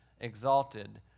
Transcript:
exalted